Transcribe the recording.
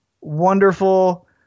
wonderful